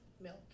milk